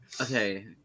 Okay